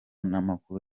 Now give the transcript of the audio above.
n’amakuru